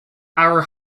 our